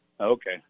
Okay